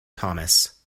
thomas